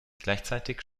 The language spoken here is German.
gleichzeitig